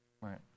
Right